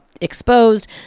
exposed